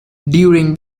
during